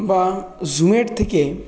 বা জুমের থেকে